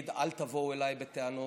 שאומרים: אל תבואו אליי בטענות.